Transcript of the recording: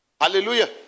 Hallelujah